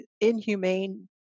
inhumane